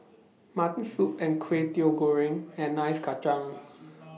Mutton Soup and Kway Teow Goreng and Ice Kachang